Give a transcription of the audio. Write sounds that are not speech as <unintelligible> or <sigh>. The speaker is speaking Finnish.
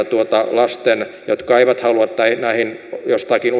lasten jotka eivät halua näihin jostakin <unintelligible>